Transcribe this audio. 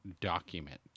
document